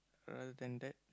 rather than that